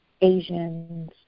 Asians